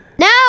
no